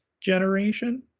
generation